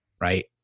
right